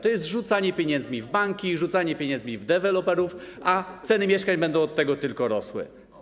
To jest rzucanie pieniędzmi w banki, rzucanie pieniędzmi w deweloperów, a ceny mieszkań będą od tego tylko rosły.